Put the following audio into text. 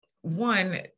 one